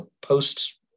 post